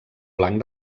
blanc